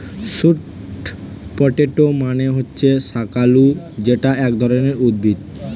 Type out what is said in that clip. sweet potato মানে হচ্ছে শাকালু যেটা এক ধরণের উদ্ভিদ